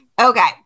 Okay